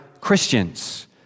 Christians